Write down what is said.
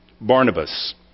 Barnabas